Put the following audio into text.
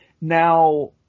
Now